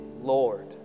Lord